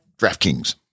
DraftKings